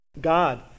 God